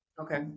Okay